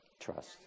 Trust